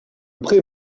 près